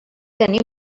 tenir